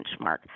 benchmark